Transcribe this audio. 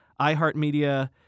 iHeartMedia